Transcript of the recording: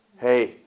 hey